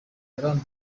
graham